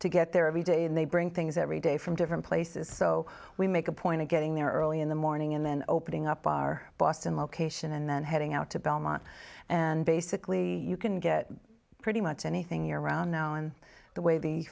to get there every day and they bring things every day from different places so we make a point of getting there early in the morning and then opening up our boston location and then heading out to belmont and basically you can get pretty much anything you're around now and the way the